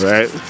Right